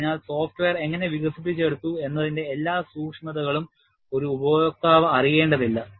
അതിനാൽ സോഫ്റ്റ്വെയർ എങ്ങനെ വികസിപ്പിച്ചെടുത്തു എന്നതിന്റെ എല്ലാ സൂക്ഷ്മതകളും ഒരു ഉപയോക്താവ് അറിയേണ്ടതില്ല